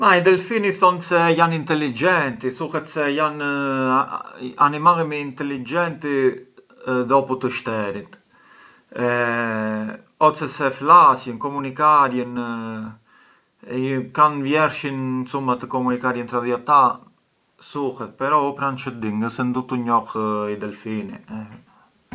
I delfini thonë se janë intelligenti, thuhet se janë animalli më intelligenti dopu të shterit, oce se flasjën, komunikarjën, kan vjershin sa të komunikarjën tra di ata thuhet, però u pran çë di u ngë se ndutu njoh i delfini.